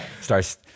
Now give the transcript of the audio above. Starts